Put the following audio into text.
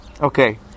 Okay